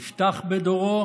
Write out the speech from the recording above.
יפתח בדורו